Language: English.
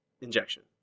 Injection